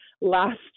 last